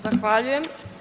Zahvaljujem.